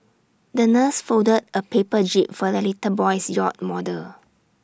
the nurse folded A paper jib for the little boy's yacht model